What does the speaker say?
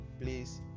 please